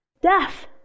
Death